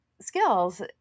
skills